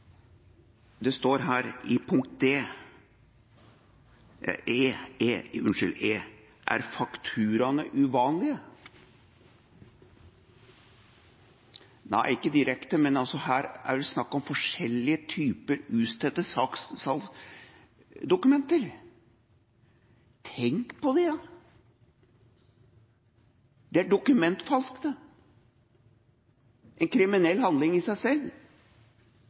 det står her i punkt E: Er fakturaene uvanlige? Nei, ikke direkte, men her er det altså snakk om forskjellige typer utstedte salgsdokumenter. Tenk på det, da. Det er dokumentfalsk, det – en kriminell handling i seg selv,